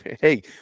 Hey